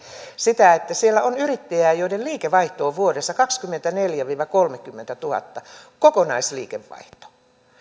sitä että on yrittäjiä joiden liikevaihto on vuodessa kaksikymmentäneljätuhatta viiva kolmekymmentätuhatta kokonaisliikevaihto